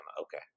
Okay